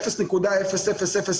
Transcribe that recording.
נכסים.